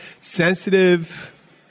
Sensitive